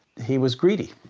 he was greedy,